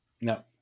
no